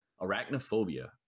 Arachnophobia